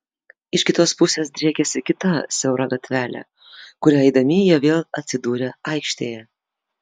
iš kitos pusės driekėsi kita siaura gatvelė kuria eidami jie vėl atsidūrė aikštėje